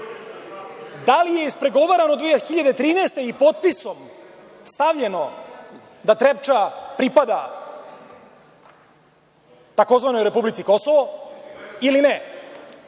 da li je ispregovarano 2013. godine i potpisom stavljeno da Trepča pripada tzv. republici Kosovo ili ne.